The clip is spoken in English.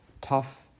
tough